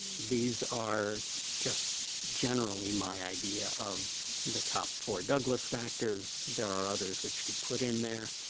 these are just generally my idea of the top four douglas factors. there are others that you could put in there,